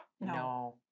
No